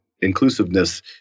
inclusiveness